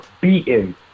beaten